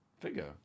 figure